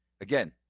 Again